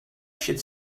should